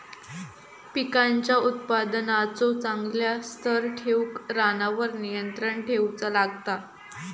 पिकांच्या उत्पादनाचो चांगल्या स्तर ठेऊक रानावर नियंत्रण ठेऊचा लागता